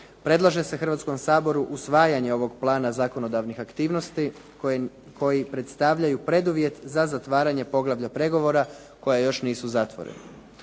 predlaže se Hrvatskom saboru usvajanje ovog Plana zakonodavnih aktivnosti koji predstavljaju preduvjet za zatvaranje poglavlja pregovora koja još nisu zatvorena.